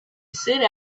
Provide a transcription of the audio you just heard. sit